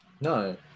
No